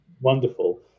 wonderful